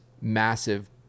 massive